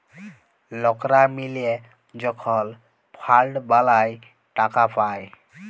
লকরা মিলে যখল ফাল্ড বালাঁয় টাকা পায়